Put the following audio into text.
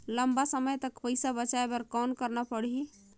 लंबा समय तक पइसा बचाये बर कौन करना पड़ही?